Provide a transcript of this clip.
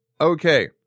Okay